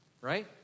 right